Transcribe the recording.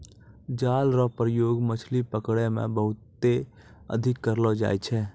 जाल रो प्रयोग मछली पकड़ै मे बहुते अधिक करलो जाय छै